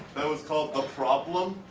that was called a problem.